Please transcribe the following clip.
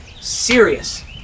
serious